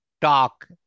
talk